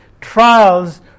Trials